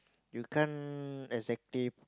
you can't exactly